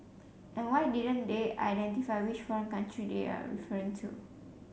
and why didn't they identify which foreign country they are referring to